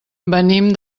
venim